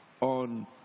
on